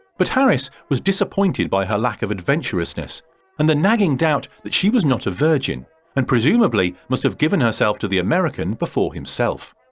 but harris was disappointed by her lack of adventurousness and the nagging doubt that she was not a virgin and presumably must have given herself to the american before himself,